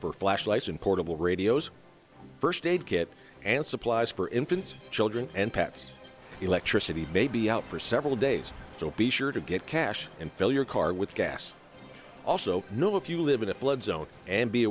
for flashlights and portable radios first aid kit and supplies for infants children and pets electricity may be out for several days so be sure to get cash and fill your car with gas also know if you live in a flood zone and be